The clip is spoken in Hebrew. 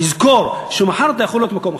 לזכור שמחר אתה יכול להיות במקום אחר.